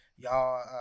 Y'all